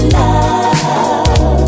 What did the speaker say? love